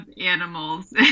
animals